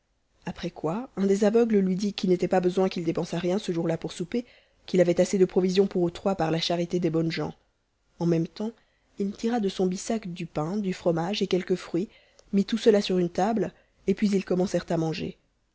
après quoi un des aveugles lui dit qu'il n'était pas besoin qu'il dépensât rien ce jour-là pour son souper qu'il avait assez de provisions pour eux trois par la charité des bonnes gens en même temps il tira de son bissac du pain du fromage et quelques fruits mit tout cela sur une table et puis ils commencèrent à manger